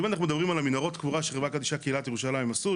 אם אנחנו מדברים על מהרות הקבורה שחברת קדישא קהילת ירושלים עשו,